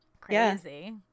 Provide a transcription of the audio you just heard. Crazy